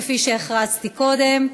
כפי שהכרזתי קודם,